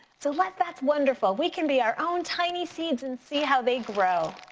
so like that's wonderful. we can be our own tiny seeds and see how they grow.